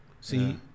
See